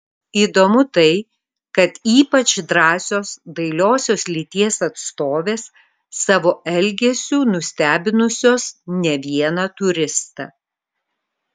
įdomu tai kad ypač drąsios dailiosios lyties atstovės savo elgesiu nustebinusios ne vieną turistą